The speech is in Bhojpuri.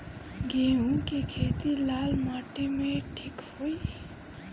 मूंग के खेती लाल माटी मे ठिक होई?